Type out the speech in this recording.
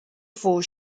four